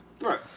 Right